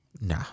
Nah